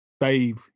Dave